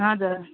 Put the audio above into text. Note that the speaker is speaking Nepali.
हजुर